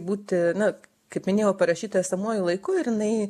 būti na kaip minėjau parašyta esamuoju laiku ir jinai